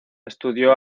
estudió